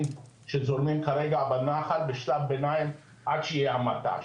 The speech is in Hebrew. שזורמים כרגע בנחל בשלב ביניים עד שיהיה המט"ש.